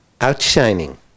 outshining